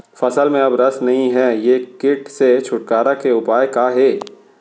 फसल में अब रस नही हे ये किट से छुटकारा के उपाय का हे?